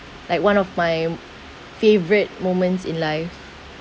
like one of my favourite moments in life